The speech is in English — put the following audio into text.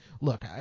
look